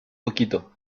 poquito